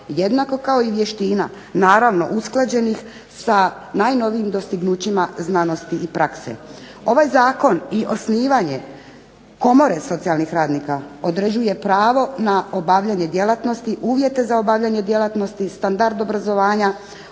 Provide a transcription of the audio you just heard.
jednako kao i vještina, naravno usklađenih sa najnovijim dostignućima znanosti i prakse. Ovaj zakon i osnivanje Komore socijalnih radnika određuje pravo na obavljanje djelatnosti, uvjete za obavljanje djelatnosti, standard obrazovanja,